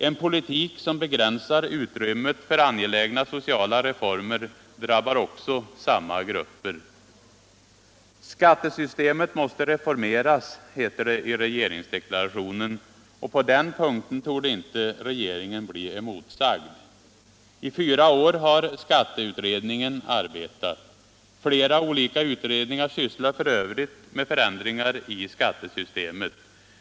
En politik som begränsar utrymmet för angelägna sociala reformer drabbar också samma grupper. Skattesystemet måste reformeras, heter det i regeringsdeklarationen, och på den punkten torde inte regeringen bli motsagd. I fyra år har skatteutredningen arbetat. Flera olika utredningar sysslar f. ö. med förändringar i skattesystemet.